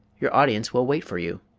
your audience will wait for you.